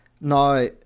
Now